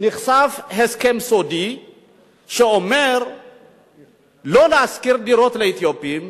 נחשף הסכם סודי שאומר לא להשכיר דירות לאתיופים,